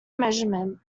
measurement